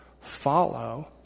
follow